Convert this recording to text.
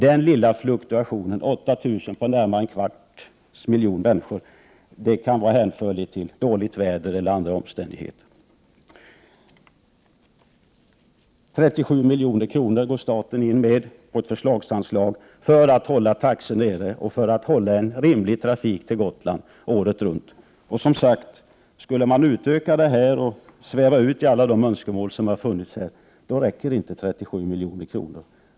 Denna fluktuation på 8 000 av en kvarts miljon kan hänföras till dåligt väder eller andra omständigheter. Staten går in med 37 milj.kr. på ett förslagsanslag för att hålla taxor nere och för att hålla en rimlig trafik till Gotland året runt. Skulle man utöka detta och sväva ut i alla önskemålen, då räcker inte 37 milj.kr.